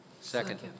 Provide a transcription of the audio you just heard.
Second